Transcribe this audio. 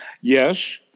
Yes